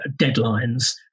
deadlines